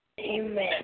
Amen